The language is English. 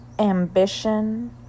Ambition